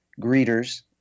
greeters